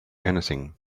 anything